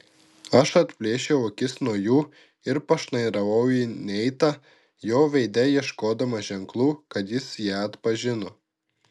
aš atplėšiau akis nuo jų ir pašnairavau į neitą jo veide ieškodama ženklų kad jis ją atpažino